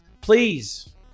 please